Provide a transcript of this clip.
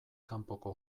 kanpoko